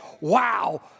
wow